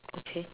okay